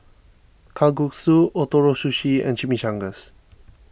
Kalguksu Ootoro Sushi and Chimichangas